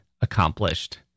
accomplished